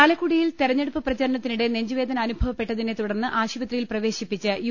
ചാലക്കുടിയിൽ തെരഞ്ഞെടുപ്പ് പ്രചാരണത്തിനിടെ നെഞ്ചു വേദന അനുഭവപ്പെട്ടതിനെ തുടർന്ന് ആശുപത്രിയിൽ പ്രവേശി പ്പിച്ച യു